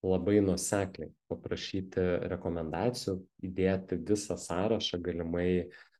labai nuosekliai paprašyti rekomendacijų įdėti visą sąrašą galimai